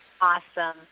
Awesome